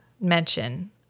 mention